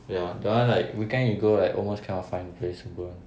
ya that [one] like weekend you go right almost cannot find the place to go [one]